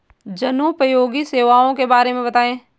जनोपयोगी सेवाओं के बारे में बताएँ?